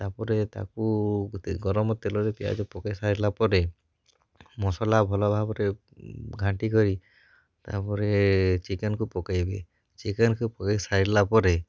ତା' ପରେ ତାକୁ ତେ ଗରମ ତେଲରେ ପିଆଜ ପକାଇ ସାରିଲା ପରେ ମସଲା ଭଲ ଭାବରେ ଘାଣ୍ଟି କରି ତା' ପରେ ଚିକେନ୍କୁ ପକାଇବେ ଚିକେନ୍କୁ ପକାଇ ସାରିଲା ପରେ